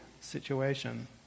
situation